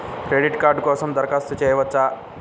Credit card కోసం దరఖాస్తు చేయవచ్చా?